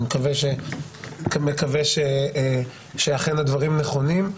אני מקווה שאכן הדברים נכונים,